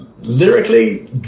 lyrically